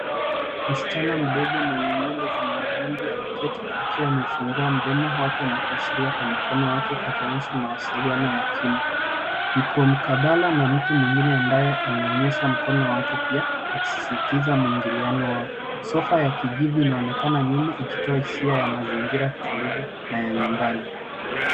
Msichana mdogo mwenye nywele zenye mawimbi ameketi akiwa amefungua mdomo wake na kuashiria kwa mkono wake akionyesha mawasiliano ya kina. Yuko mkabala na mtu mwengine ambaye ameonyesha mkono wake pia akisisitiza mwingiliano wao. Sofa ya kijivu inaonekana nyuma ikitoa hisia ya mazingira tulivu na ya nyumbani.